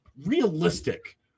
realistic